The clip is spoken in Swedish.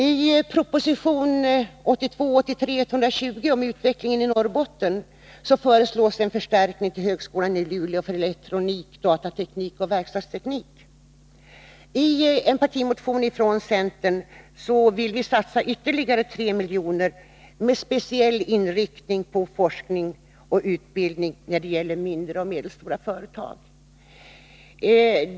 I proposition 1982/83:120 om utvecklingen i Norrbotten föreslås en förstärkning vid högskolan i Luleå när det gäller elektronik, datateknik och verkstadsteknik. Vi skriver i en partimotion att vi vill satsa ytterligare 3 milj.kr. med specialinriktning på forskning och utbildning beträffande mindre och medelstora företag.